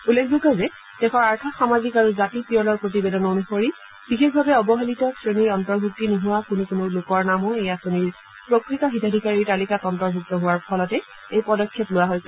উল্লেখযোগ্য যে দেশৰ আৰ্থ সামাজিক আৰু জাতি পিয়লৰ প্ৰতিবেদন অনুসৰি বিশেষভাৱে অৱহেলিত শ্ৰেণীৰ অন্তৰ্ভুক্তি নোহোৱা কোনো কোনো লোকৰ নামো এই আঁচনিৰ প্ৰকৃত হিতাধিকাৰীৰ তালিকাত অন্তৰ্ভুক্ত হোৱাৰ ফলতেই এই পদক্ষেপ গ্ৰহণ কৰা হৈছে